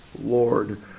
Lord